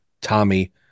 Tommy